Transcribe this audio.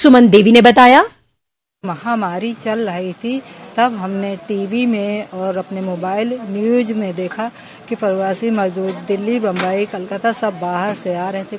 सुमन देवी ने बताया महामारी चल रही थी तब हमने टीवी में और अपने मोबाइल न्यूज में देखा कि प्रवासी मजद्र दिल्ली मुम्बई कोलकाता सब बाहर से आ रहे थे